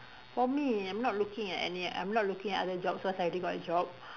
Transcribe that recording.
for me I'm not looking at any I'm not looking at other jobs cause I already got a job